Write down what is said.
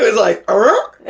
like, er,